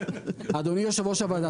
אדוני יושב ראש הוועדה,